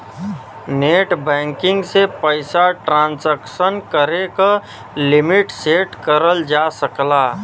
net banking से पइसा transaction करे क लिमिट सेट करल जा सकला